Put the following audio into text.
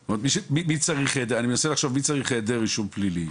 אני מנסה לחשוב, מי צריך היעדר רישום פלילי?